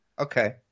Okay